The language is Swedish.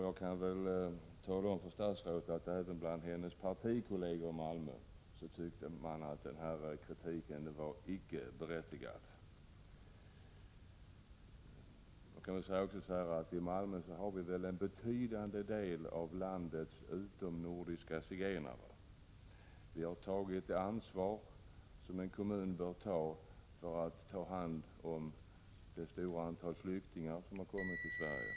Jag kan tala om att även en del av statsrådets partikolleger i Malmö tyckte att kritiken icke var berättigad. I Malmö har vi en betydande del av landets utomnordiska zigenare. Malmö kommun har tagit det ansvar som en kommun bör ta för att ta hand om det stora antalet flyktingar som kommit till Sverige.